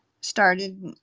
started